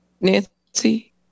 Nancy